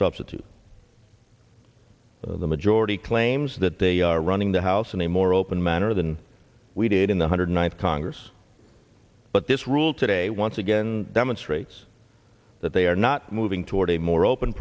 substitute the majority claims that they are running the house in a more open manner than we did in the hundred ninth congress but this rule today once again demonstrates that they are not moving toward a more open